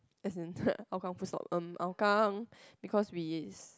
as in Hougang full stop erm Hougang because we